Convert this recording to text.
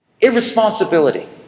Irresponsibility